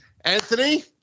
Anthony